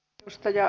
kiitos